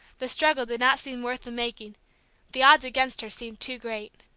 the struggle did not seem worth the making the odds against her seemed too great.